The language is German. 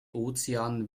ozean